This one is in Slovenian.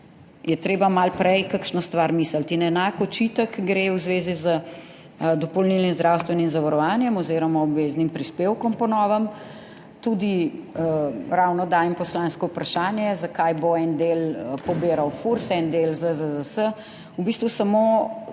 Je treba malo prej kakšno stvar misliti. In enak očitek gre v zvezi z dopolnilnim zdravstvenim zavarovanjem oziroma obveznim prispevkom po novem. Tudi ravno dajem poslansko vprašanje, zakaj bo en del pobiral FURS, en del ZZZS. V bistvu samo